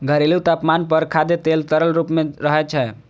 घरेलू तापमान पर खाद्य तेल तरल रूप मे रहै छै